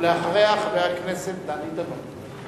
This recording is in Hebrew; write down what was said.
ואחריה, חבר הכנסת דני דנון.